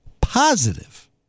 positive